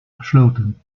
gesloten